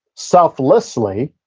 selflessly,